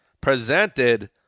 presented